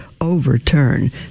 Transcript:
overturn